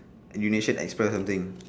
indonesia express something